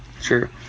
Sure